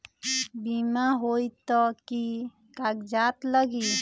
बिमा होई त कि की कागज़ात लगी?